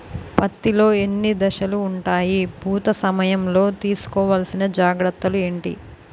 పత్తి లో ఎన్ని దశలు ఉంటాయి? పూత సమయం లో తీసుకోవల్సిన జాగ్రత్తలు ఏంటి?